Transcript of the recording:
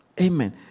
Amen